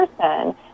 person